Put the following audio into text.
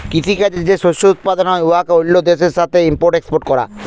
কিসি কাজে যে শস্য উৎপাদল হ্যয় উয়াকে অল্য দ্যাশের সাথে ইম্পর্ট এক্সপর্ট ক্যরা